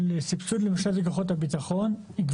של סבסוד לכוחות הביטחון למשל,